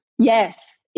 Yes